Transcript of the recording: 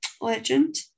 legend